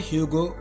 Hugo